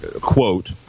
quote